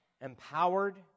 empowered